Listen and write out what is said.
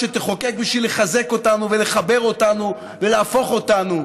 שתחוקק בשביל לחזק אותנו ולחבר אותנו ולהפוך אותנו